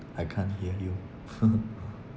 I can't hear you